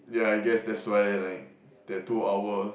ya I guess that's why like that two hour